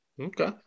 Okay